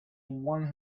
one